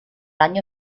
año